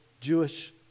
Jewish